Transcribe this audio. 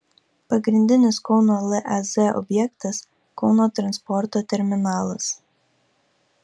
pagrindinis kauno lez objektas kauno transporto terminalas